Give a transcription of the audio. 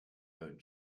and